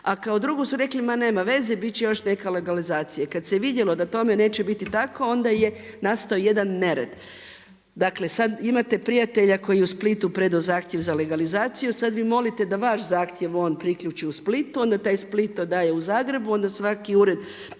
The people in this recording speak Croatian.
a kao drugo su rekli ma nema veze bit će još neka legalizacija. Kada se vidjelo da tome neće biti tako onda je nastao jedan nered. Dakle sada imate prijatelja koji je u Splitu predao zahtjev za legalizaciju, sada vi molite da vaš zahtjev on priključi u Splitu onda taj Split to daje u Zagreb onda svaki ured